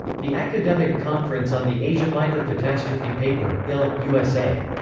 the academic conference on the asia minor catastrophe paper, il, usa.